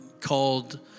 called